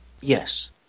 Yes